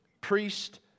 priest